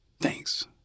Thanks